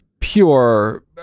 pure